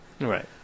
Right